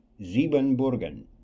Siebenburgen